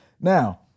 Now